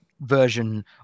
version